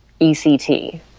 ECT